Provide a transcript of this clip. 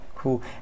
Cool